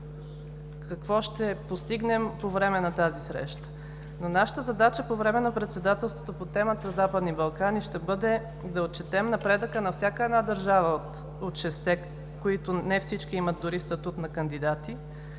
ще постигнем по време на тази среща. Нашата задача по време на председателството по темата „Западни Балкани“ ще бъде да отчетем напредъка на всяка една държава от шестте, от които не всички имат дори статут на кандидати,